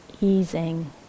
Easing